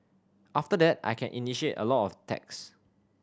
after that I can initiate a lot of attacks